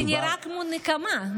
זה נראה כמו נקמה,